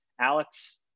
Alex